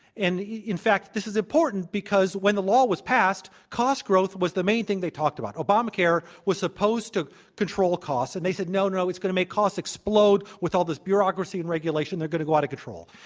and in fact this is important because when the law was passed, cost growth was the main thing they talked about. obamacare was supposed to control costs. and they said, no, no, it's going to make costs explode with all this bureaucracy and regulation. they're going to go out of control.